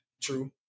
True